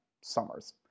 summers